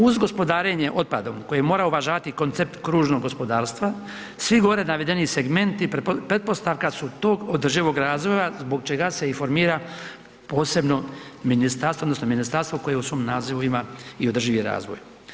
Uz gospodarenje otpadom koje mora uvažavati koncept kružnog gospodarstva svi gore navedeni segmenti pretpostavka su tog održivog razvoja zbog čega se i formira posebno ministarstvo odnosno ministarstvo koje u svom nazivu ima i održivi razvoj.